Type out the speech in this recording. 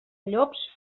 llops